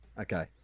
Okay